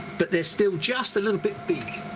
but they're still just a little bit big.